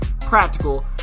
practical